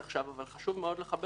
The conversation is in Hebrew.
אבל חשוב לחבר את זה,